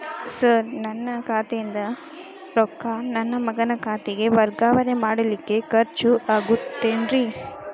Sir ನನ್ನ ಖಾತೆಯಿಂದ ರೊಕ್ಕ ನನ್ನ ಮಗನ ಖಾತೆಗೆ ವರ್ಗಾವಣೆ ಮಾಡಲಿಕ್ಕೆ ಖರ್ಚ್ ಆಗುತ್ತೇನ್ರಿ?